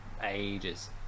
ages